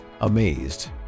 amazed